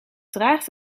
draagt